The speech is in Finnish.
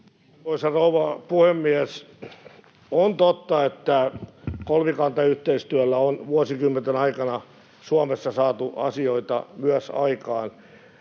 Arvoisa rouva puhemies! On totta, että kolmikantayhteistyöllä on vuosikymmenten aikana Suomessa saatu asioita myös aikaan,